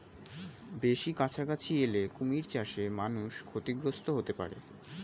বেশি কাছাকাছি এলে কুমির চাষে মানুষ ক্ষতিগ্রস্ত হতে পারে